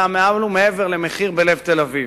עלה מעל ומעבר למחיר בלב תל-אביב.